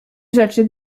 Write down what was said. rzeczy